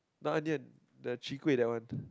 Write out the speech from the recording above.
not onion the chwee-kueh that one